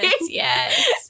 yes